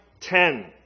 ten